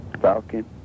Falcon